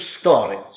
stories